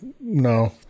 No